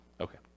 Okay